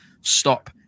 stop